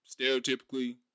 stereotypically